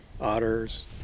otters